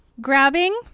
grabbing